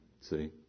See